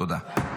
תודה.